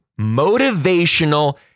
motivational